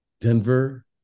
Denver